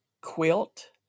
quilt